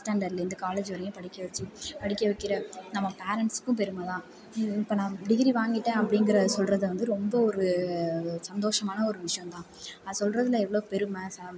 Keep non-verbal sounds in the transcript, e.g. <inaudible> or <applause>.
first ஸ்டாண்டர்டில் இருந்து college வரையும் படிக்க வச்சு படிக்க வைக்கிற நம்ம பேரண்ட்ஸுக்கும் பெருமை தான் இப்ப நான் டிகிரி வாங்கிட்டேன் அப்படிங்கிற சொல்றதை வந்து ரொம்ப ஒரு சந்தோசமான ஒரு விஷயோம் தான் அது சொல்றதில் எவ்வளோ ஒரு பெருமை <unintelligible>